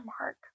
Mark